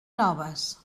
noves